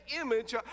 image